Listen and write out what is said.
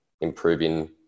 improving